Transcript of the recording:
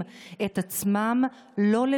מהרפת למחלבה,